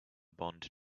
bond